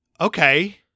Okay